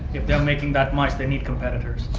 if they're making that much, they need competitors,